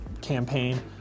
campaign